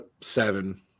seven